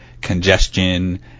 congestion